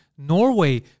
Norway